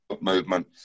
movement